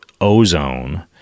ozone